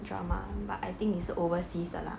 drama but I think 你是 overseas 的 lah